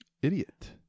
Idiot